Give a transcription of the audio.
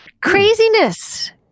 craziness